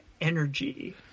energy